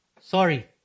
sorry